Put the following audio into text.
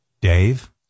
Dave